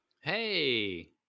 Hey